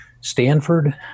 Stanford